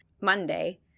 monday